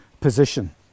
position